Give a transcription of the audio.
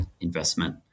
Investment